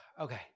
Okay